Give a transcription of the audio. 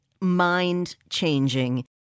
mind-changing